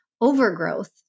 overgrowth